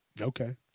okay